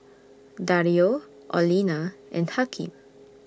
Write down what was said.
Dario Orlena and Hakeem